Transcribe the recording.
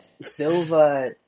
Silva